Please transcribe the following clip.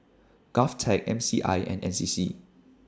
Govtech M C I and N C C